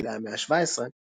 בשלהי המאה השבע עשרה